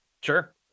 sure